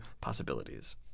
possibilities